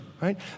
right